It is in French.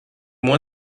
moins